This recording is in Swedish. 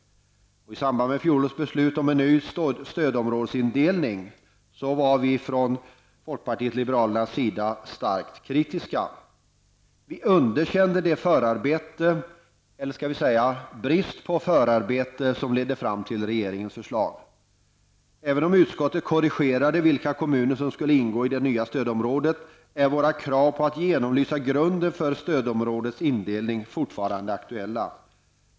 I samband med fjolårets beslut om en ny stödområdesindelning var vi från folkpartiet liberalernas sida starkt kritiska. Vi underkände det förarbete -- eller skall vi säga brist på förarbete -- som ledde fram till regeringens förslag. Även om utskottet korrigerade förslaget om vilka kommuner som skulle ingå i det nya stödområdet är våra krav på en genomlysning av grunden för stödområdesindelningen fortfarande aktuella.